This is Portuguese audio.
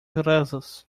rasas